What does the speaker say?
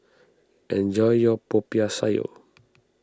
enjoy your Popiah Sayur